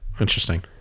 Interesting